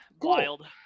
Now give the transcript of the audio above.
Wild